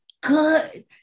good